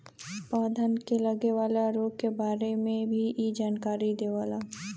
पौधन के लगे वाला रोग के बारे में भी इ जानकारी देवला